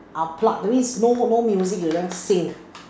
unplugged that means no no music you just sing